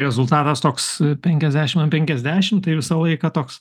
rezultatas toks penkiasdešim ant penkiasdešim tai visą laiką toks